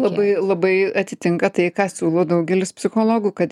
labai labai atitinka tai ką siūlo daugelis psichologų kad